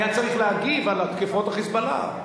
והיה צריך להגיב על תקיפות ה"חיזבאללה".